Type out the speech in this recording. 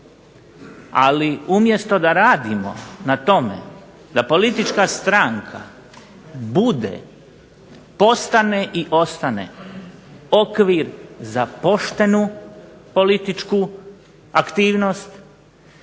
ali umjesto da radimo na tome da politička stranka bude, postane i ostane okvir za poštenu političku aktivnost,